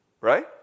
right